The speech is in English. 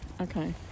Okay